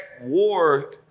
war